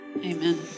Amen